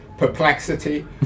perplexity